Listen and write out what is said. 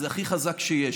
זה הכי חזק שיש.